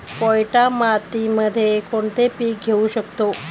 पोयटा मातीमध्ये कोणते पीक घेऊ शकतो?